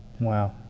Wow